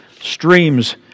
streams